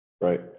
right